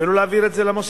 ולא להעביר את זה למוסד.